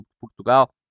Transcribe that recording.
portugal